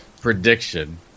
prediction